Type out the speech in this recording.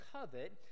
covet